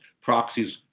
proxies